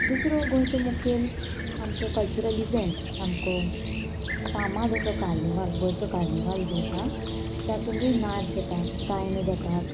दुसरो गोंयचो मुखेल आमचो कल्चरल इवेंट सामको फामाद असो कार्निवाल गोंयचो कार्निवाल जो आसा तातूंतूय नाच जाता गायना जाता